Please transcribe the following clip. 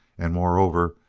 and moreover,